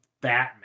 Batman